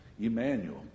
Emmanuel